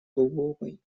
глубокой